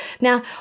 Now